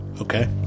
Okay